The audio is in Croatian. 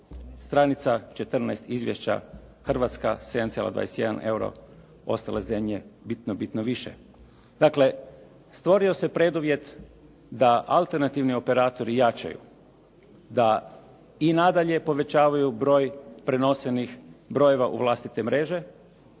Stranica 14 izvješća, Hrvatska 7,21 euro, ostale zemlje bitno, bitno više. Dakle, stvorio se preduvjet da alternativni operatori jačaju, da i nadalje povećavaju broj prenošenih brojeva u vlastite mreže,